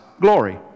glory